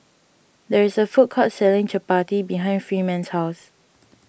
there is a food court selling Chapati behind Freeman's house